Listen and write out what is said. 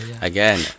Again